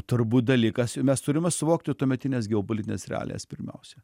turbūt dalykas mes turime suvokti tuometines geopolitines realijas pirmiausia